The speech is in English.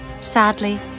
Sadly